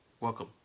welcome